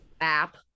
app